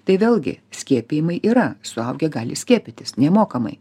tai vėlgi skiepijimai yra suaugę gali skiepytis nemokamai